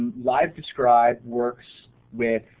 livedescribe works with